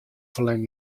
ferlern